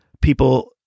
people